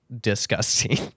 disgusting